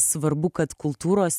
svarbu kad kultūros